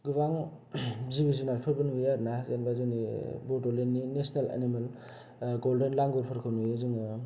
गोबां जिबि जुनारफोरबो थायो आरो ना जेनोबा जोंनि बड'लेण्डनि नेसनेल एनिमेल गलदेन्ड लांगुरफोरखौ नुयो जोङो